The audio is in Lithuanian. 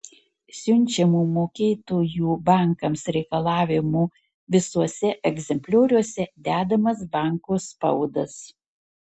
siunčiamų mokėtojų bankams reikalavimų visuose egzemplioriuose dedamas banko spaudas